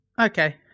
Okay